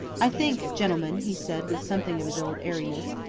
i think, gentlemen, he said with something of his old airiness,